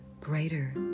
Greater